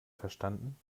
verstanden